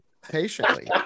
patiently